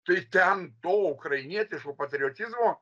tai ten to ukrainietiško patriotizmo